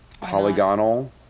Polygonal